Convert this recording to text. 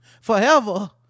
forever